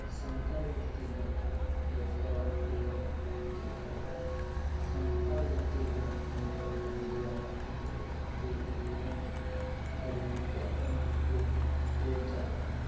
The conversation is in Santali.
ᱥᱟᱱᱛᱟᱲᱤ ᱛᱮᱜᱮ ᱡᱚᱛᱚᱣᱟᱜ ᱞᱮ ᱪᱤᱠᱟᱹᱭᱟ ᱥᱟᱱᱛᱟᱲᱤ ᱛᱮᱜᱮ ᱱᱤᱛᱚᱜ ᱢᱤᱰᱤᱭᱟ ᱦᱚᱸᱠᱚ ᱦᱩᱭ ᱤᱫᱤᱭᱮᱱᱟ ᱟᱨ ᱱᱤᱛᱚᱜ ᱦᱚᱸᱠᱚ ᱦᱩᱭ ᱪᱟᱞᱟᱜ ᱠᱟᱱᱟ